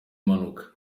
mpanuka